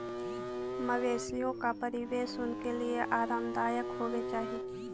मवेशियों का परिवेश उनके लिए आरामदायक होवे चाही